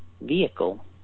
vehicle